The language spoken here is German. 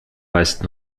weist